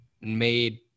made